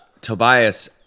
Tobias